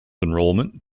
enrollment